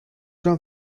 from